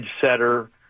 setter